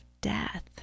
death